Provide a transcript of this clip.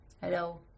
hello